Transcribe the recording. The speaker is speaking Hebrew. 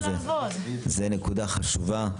זאת נקודה חשובה.